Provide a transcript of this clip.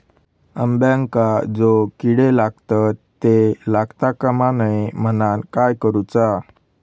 अंब्यांका जो किडे लागतत ते लागता कमा नये म्हनाण काय करूचा?